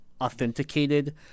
authenticated